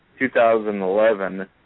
2011